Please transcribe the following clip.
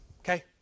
okay